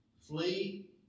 flee